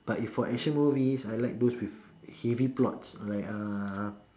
but if for action movies I like those with heavy plots like uh